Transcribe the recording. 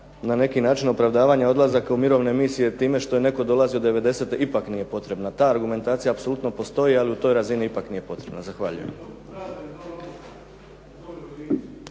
na neki način opravdavanja odlazaka u mirovne misije time što je netko dolazio '90.-te ipak nije potrebna. Ta argumentacija apsolutno postoji, ali u toj razini ipak nije potrebno. Zahvaljujem.